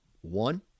one